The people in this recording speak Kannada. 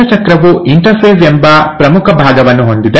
ಕೋಶ ಚಕ್ರವು ಇಂಟರ್ಫೇಸ್ ಎಂಬ ಪ್ರಮುಖ ಭಾಗವನ್ನು ಹೊಂದಿದೆ